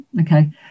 okay